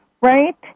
right